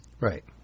Right